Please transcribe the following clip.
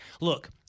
Look